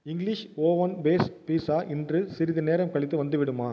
English oven base pizza இன்று சிறிது நேரம் கழித்து வந்துவிடுமா